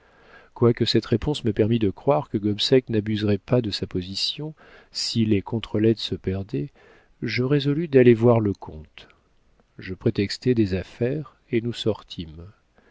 quoique cette réponse me permît de croire que gobseck n'abuserait pas de sa position si les contre lettres se perdaient je résolus d'aller voir le comte je prétextai des affaires et nous sortîmes